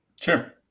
Sure